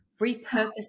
repurpose